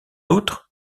outre